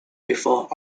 before